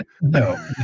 No